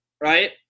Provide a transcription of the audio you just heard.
right